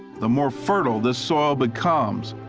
the more fertile this soil becomes,